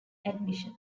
admissions